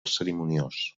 cerimoniós